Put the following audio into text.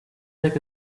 like